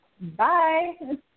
Bye